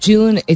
June